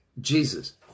Jesus